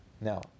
now